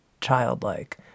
childlike